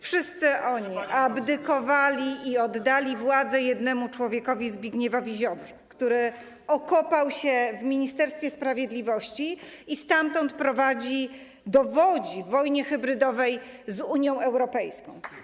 Wszyscy oni abdykowali i oddali władzę jednemu człowiekowi - Zbigniewowi Ziobrze, który okopał się w Ministerstwie Sprawiedliwości i stamtąd dowodzi wojnie hybrydowej z Unią Europejską.